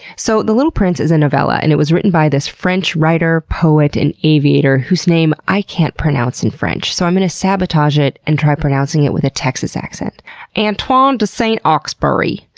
so the little prince is a novella, and it was written by this french writer, poet, and aviator whose name i can't pronounce in french, so i'm gonna sabotage it and try pronouncing with a texas accent antoine de saint ah exupery.